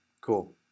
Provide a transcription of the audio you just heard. Cool